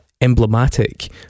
emblematic